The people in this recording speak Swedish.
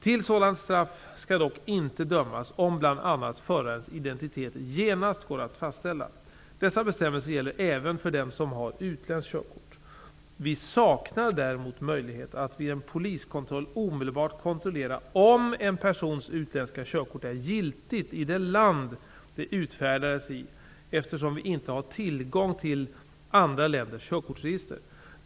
Till sådant straff skall dock inte dömas om bl.a. förarens identitet genast går att fastställa. Dessa bestämmelser gäller även för den som har utländskt körkort. Vi saknar däremot möjlighet att vid en poliskontroll omedelbart kontrollera om en persons utländska körkort är giltigt i det land det utfärdades i, eftersom vi inte har tillgång till andra länders körkortsregister.